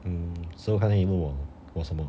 um so 刚才你问我我什么